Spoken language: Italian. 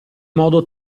modo